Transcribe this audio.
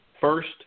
first